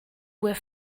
were